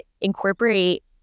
incorporate